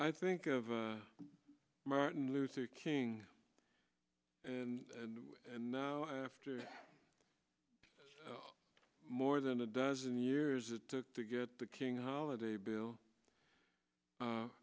i think of martin luther king and now after more than a dozen years it took to get the king holiday bill